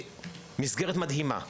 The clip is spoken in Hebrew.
מסגרת מדהימה.